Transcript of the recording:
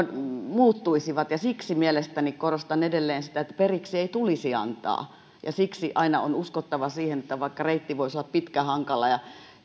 muuttuisivat siksi mielestäni korostan edelleen sitä periksi ei tulisi antaa ja siksi aina on uskottava siihen että vaikka reitti voisi olla pitkä hankala ja